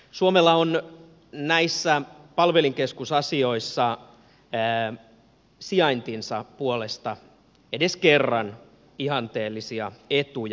suomella on näissä palvelinkeskusasioissa sijaintinsa puolesta edes kerran ihanteellisia etuja